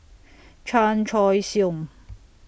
Chan Choy Siong